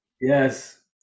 Yes